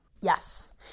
Yes